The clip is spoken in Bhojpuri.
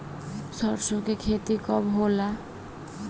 सरसों के खेती कब कब होला?